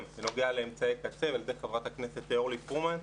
שנוגע לאמצעי קצה ועל ידי חברת הכנסת אורלי פרומן,